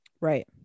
Right